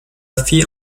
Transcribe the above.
fille